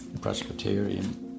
Presbyterian